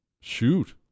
shoot